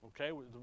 Okay